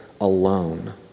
alone